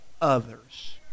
others